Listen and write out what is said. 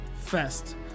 Fest